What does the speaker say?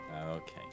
Okay